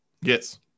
Yes